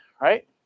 right